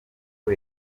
uba